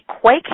quake